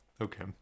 Okay